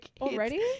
Already